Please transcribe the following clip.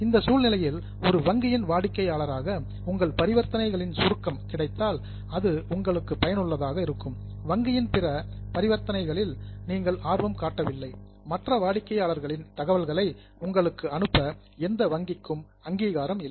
இந்த சூழ்நிலையில் ஒரு வங்கியின் வாடிக்கையாளராக உங்கள் பரிவர்த்தனைகளின் சுருக்கம் கிடைத்தால் அது உங்களுக்கு பயனுள்ளதாக இருக்கும் வங்கியின் பிற பரிவர்த்தனைகளில் நீங்கள் ஆர்வம் காட்டவில்லை மற்ற வாடிக்கையாளர்களின் தகவல்களை உங்களுக்கு அனுப்ப எந்த வங்கிக்கும் அங்கீகாரம் இல்லை